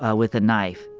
ah with a knife.